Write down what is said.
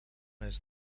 his